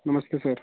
नमस्ते सर